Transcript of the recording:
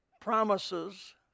promises